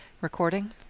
Recording